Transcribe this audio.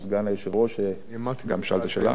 שגם שאל את השאלה, אני אמרתי מלכת הירקות.